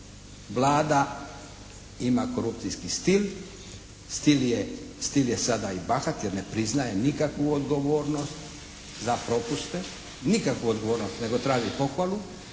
Vlada ima korupcijski stil. Stil je sada i bahat jer ne priznaje nikakvu odgovornost za propuste, nikakvu odgovornost nego traži pohvalu